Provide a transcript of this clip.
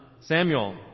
Samuel